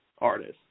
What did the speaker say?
artists